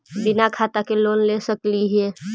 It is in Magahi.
बिना खाता के लोन ले सकली हे?